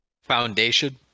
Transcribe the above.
foundation –